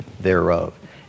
thereof